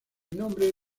nombre